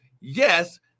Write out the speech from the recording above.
Yes